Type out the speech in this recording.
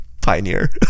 Pioneer